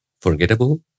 forgettable